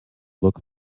look